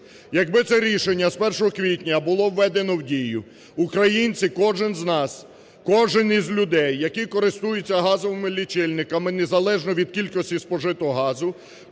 Якби це рішення з 1 квітня було введено в дію, українці кожен з нас, кожен із людей, які користуються газовими лічильники, незалежно від кількості спожитого газу